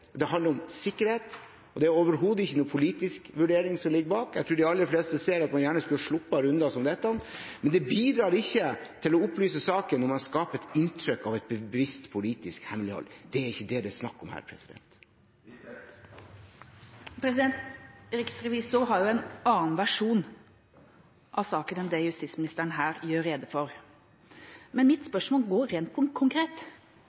som ligger bak. Jeg tror de aller fleste ser at man gjerne skulle ha sluppet runder som denne. Det bidrar ikke til å opplyse saken om man skaper et inntrykk av et bevisst politisk hemmelighold. Det er ikke det det er snakk om her. Riksrevisoren har en annen versjon av saken enn det justisministeren her gjør rede for. Men mitt spørsmål er rent konkret.